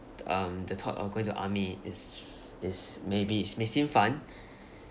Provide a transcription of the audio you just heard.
um the thought of going to army is is maybe may seem fun